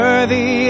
Worthy